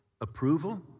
approval